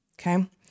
Okay